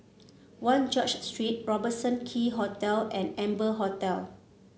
One George Street Robertson Quay Hotel and Amber Hotel